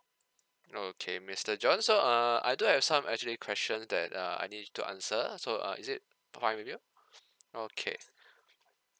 okay mister john so uh I do have some actually questions that uh I need you to answer so uh is it fine with you okay